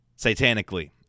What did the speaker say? satanically